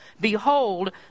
Behold